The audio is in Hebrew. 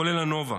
כולל הנובה.